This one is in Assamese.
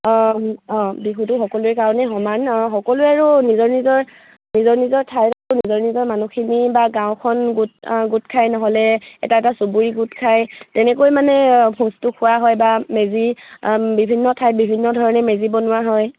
অঁ অঁ বিহুটো সকলোৰে কাৰণে সমান সকলোৱে আৰু নিজৰ নিজৰ নিজৰ নিজৰ ঠাইত নিজৰ নিজৰ মানুহখিনি বা গাঁওখন গোট গোট খাই নহ'লে এটা এটা চুবুৰী গোট খায় তেনেকৈ মানে ভোজটো খোৱা হয় বা মেজি বিভিন্ন ঠাইত বিভিন্ন ধৰণে মেজি বনোৱা হয়